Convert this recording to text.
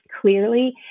clearly